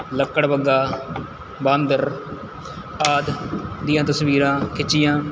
ਲੱਕੜ ਬੱਗਾ ਬਾਂਦਰ ਆਦਿ ਦੀਆਂ ਤਸਵੀਰਾਂ ਖਿੱਚੀਆਂ